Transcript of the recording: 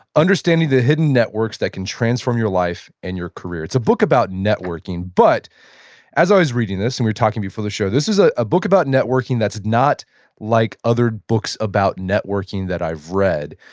understanding the hidden networks that can transform your life and your career. it's a book about networking but as i was reading this and we were talking before the show, this is ah a book about networking that's not like other books about networking that i've read.